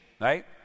right